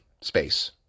space